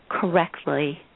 correctly